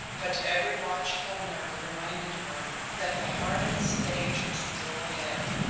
but every watchful nerve reminded her that the hardest stage was still ahead.